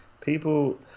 People